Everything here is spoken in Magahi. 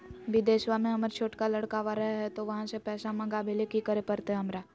बिदेशवा में हमर छोटका लडकवा रहे हय तो वहाँ से पैसा मगाबे ले कि करे परते हमरा?